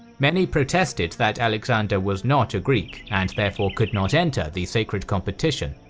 many protested that alexander was not a greek, and therefore could not enter the sacred competition,